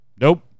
nope